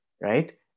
right